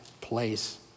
place